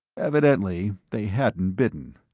evidently they hadn't bitten.